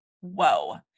whoa